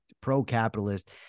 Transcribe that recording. pro-capitalist